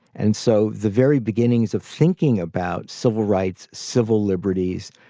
and so the very beginnings of thinking about civil rights, civil liberties,